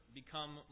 become